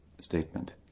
statement